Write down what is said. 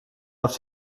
auf